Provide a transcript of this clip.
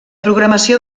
programació